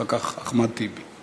אחר כך, חבר הכנסת אחמד טיבי.